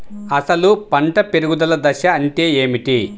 అసలు పంట పెరుగుదల దశ అంటే ఏమిటి?